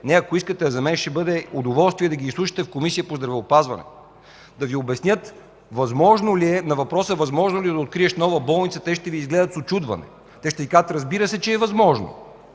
държави и за мен ще бъде удоволствие да ги изслушате в Комисията по здравеопазването, да Ви обяснят. На въпроса: възможно ли е да откриеш нова болница, те ще Ви изгледат с учудване и ще Ви кажат: „Разбира се, че е възможно,